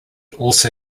also